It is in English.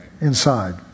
inside